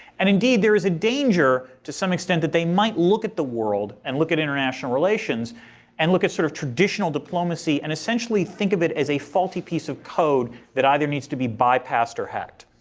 and indeed, there is a danger to some extent that they might look at the world and look at international relations and look at sort of traditional diplomacy and essentially think of it as a faulty piece of code that either needs to be bypassed or hacked.